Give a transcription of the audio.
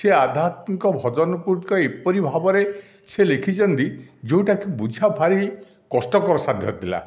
ସେ ଆଧ୍ୟାତ୍ମିକ ଭଜନଗୁଡ଼ିକ ଏପରି ଭାବରେ ସେ ଲେଖିଛନ୍ତି ଯେଉଁଟା କି ବୁଝା ଭାରି କଷ୍ଟକର ସାଧ୍ୟ ଥିଲା